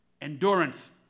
endurance